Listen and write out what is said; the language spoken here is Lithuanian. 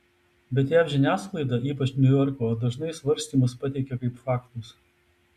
bet jav žiniasklaida ypač niujorko dažnai svarstymus pateikia kaip faktus